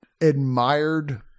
admired